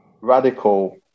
radical